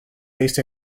based